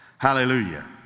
Hallelujah